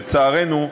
לצערנו,